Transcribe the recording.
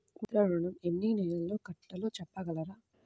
ముద్ర ఋణం ఎన్ని నెలల్లో కట్టలో చెప్పగలరా?